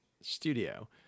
studio